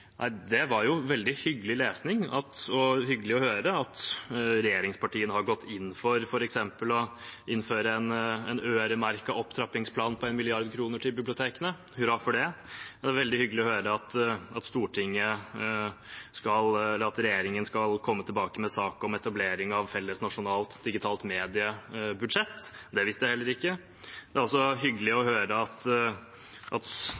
det var veldig hyggelig lesning og hyggelig å høre at regjeringspartiene har gått inn for f.eks. å innføre en øremerket opptrappingsplan på 1 mrd. kr til bibliotekene. Hurra for det! Det var veldig hyggelig å høre at regjeringen skal komme tilbake med sak om etablering av felles nasjonalt digitalt mediebudsjett. Det visste jeg heller ikke. Det er også hyggelig å høre at